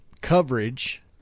coverage